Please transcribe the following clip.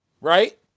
Right